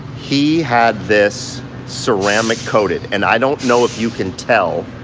he had this ceramic coating, and i don't know if you can tell,